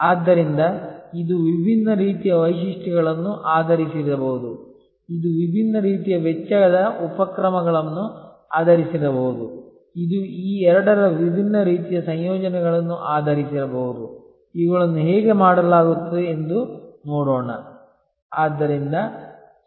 ಆದ್ದರಿಂದ ಇದು ವಿಭಿನ್ನ ರೀತಿಯ ವೈಶಿಷ್ಟ್ಯಗಳನ್ನು ಆಧರಿಸಿರಬಹುದು ಇದು ವಿಭಿನ್ನ ರೀತಿಯ ವೆಚ್ಚದ ಉಪಕ್ರಮಗಳನ್ನು ಆಧರಿಸಿರಬಹುದು ಇದು ಈ ಎರಡರ ವಿಭಿನ್ನ ರೀತಿಯ ಸಂಯೋಜನೆಗಳನ್ನು ಆಧರಿಸಿರಬಹುದು ಇವುಗಳನ್ನು ಹೇಗೆ ಮಾಡಲಾಗುತ್ತದೆ ಎಂದು ನೋಡೋಣ